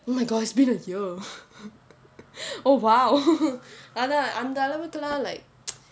oh my god it's been year oh !wow! அதான் அந்த அளவுக்கு எல்லாம்:athaan antha alavukku ellam like